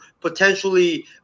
potentially